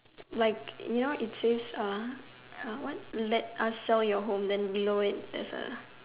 like you know it's says(er) what will let us sell your home below it has a